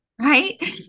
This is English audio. Right